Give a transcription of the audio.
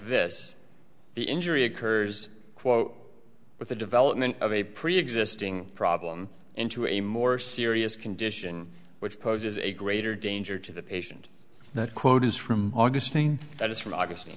this the injury occurs quote with the development of a preexisting problem into a more serious condition which poses a greater danger to the patient that quote is from august thing that is from augustine